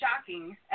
shocking